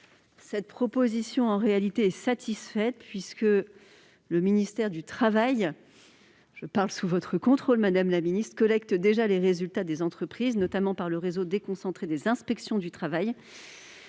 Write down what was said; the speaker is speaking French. Cette proposition est satisfaite puisque le ministère du travail- je parle sous votre contrôle, madame la ministre -collecte déjà les résultats des entreprises, notamment le réseau déconcentré des inspections du travail